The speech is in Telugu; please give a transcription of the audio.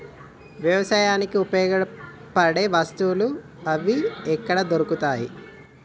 వ్యవసాయానికి ఉపయోగపడే వస్తువులు ఏవి ఎక్కడ దొరుకుతాయి?